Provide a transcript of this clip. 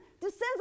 descends